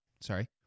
sorry